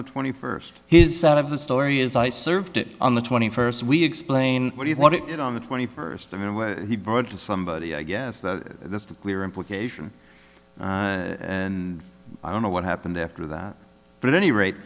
the twenty first his side of the story is i served it on the twenty first we explain what do you want it on the twenty first and he brought it to somebody i guess that's the clear implication and i don't know what happened after that but any rate